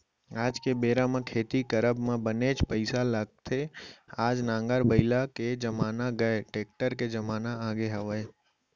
आज के बेरा म खेती करब म बनेच पइसा लगथे आज नांगर बइला के जमाना गय टेक्टर के जमाना आगे हवय